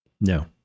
No